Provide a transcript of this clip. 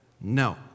No